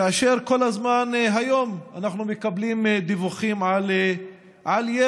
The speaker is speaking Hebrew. כאשר כל הזמן היום אנחנו מקבלים דיווחים על ירי,